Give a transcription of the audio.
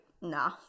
nah